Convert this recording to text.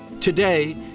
Today